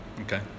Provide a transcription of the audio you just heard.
Okay